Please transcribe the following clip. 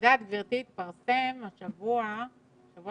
את יודעת, גברתי, התפרסם בשבוע שעבר